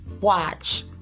Watch